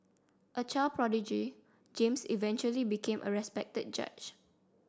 a child prodigy James eventually became a respected judge